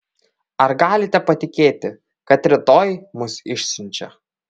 ar galite patikėti kad rytoj mus išsiunčia